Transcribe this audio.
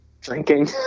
drinking